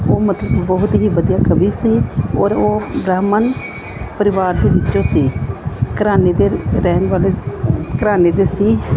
ਉਹ ਮਤਲਬ ਬਹੁਤ ਹੀ ਵਧੀਆ ਕਵੀ ਸੀ ਔਰ ਉਹ ਬ੍ਰਾਹਮਣ ਪਰਿਵਾਰ ਦੇ ਵਿੱਚੋਂ ਸੀ ਘਰਾਣੇ ਦੇ ਰ ਰਹਿਣ ਵਾਲੇ ਘਰਾਣੇ ਦੇ ਸੀ